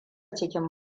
cikin